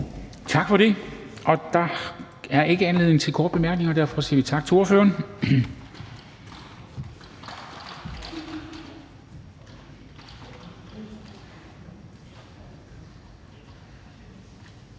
Tak for det. Det gav ikke anledning til korte bemærkninger, og derfor siger vi tak til ordføreren.